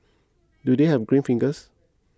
do they have green fingers